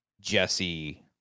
Jesse